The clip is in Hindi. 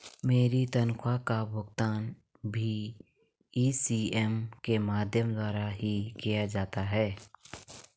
मेरी तनख्वाह का भुगतान भी इ.सी.एस के माध्यम द्वारा ही किया जाता है